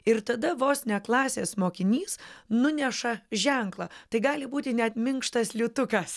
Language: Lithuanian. ir tada vos ne klasės mokinys nuneša ženklą tai gali būti net minkštas liūtukas